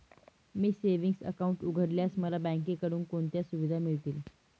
मी savings account उघडल्यास मला बँकेकडून कोणत्या सुविधा मिळतील?